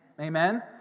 Amen